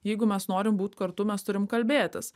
jeigu mes norim būt kartu mes turim kalbėtis